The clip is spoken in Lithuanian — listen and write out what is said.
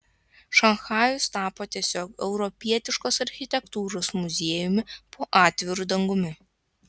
šanchajus tapo tiesiog europietiškos architektūros muziejumi po atviru dangumi